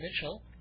Mitchell